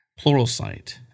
Pluralsight